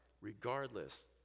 regardless